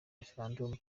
referendumu